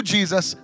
Jesus